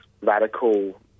radical